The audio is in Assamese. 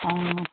অঁ